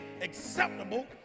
acceptable